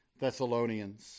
Thessalonians